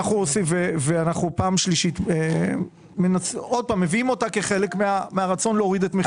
אנחנו שוב מביאים אותה כחלק מהרצון להוריד את מחירי הדיור.